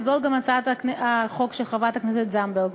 וזו גם הצעת החוק של חברת הכנסת זנדברג.